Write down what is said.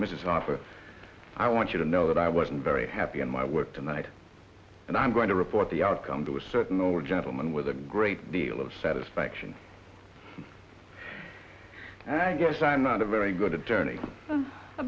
mrs office i want you to know that i wasn't very happy in my work tonight and i'm going to report the outcome to a certain old gentleman with a great deal of satisfaction and i guess i'm not a very good attorney